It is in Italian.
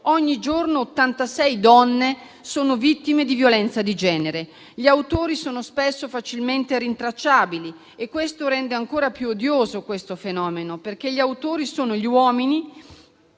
Ogni giorno 86 donne sono vittime di violenza di genere. Gli autori sono spesso facilmente rintracciabili e questo rende ancora più odioso questo fenomeno, perché gli autori sono gli uomini